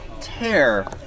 tear